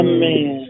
Amen